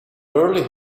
early